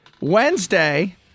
Wednesday